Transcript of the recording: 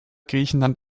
griechenland